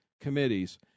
committees